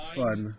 fun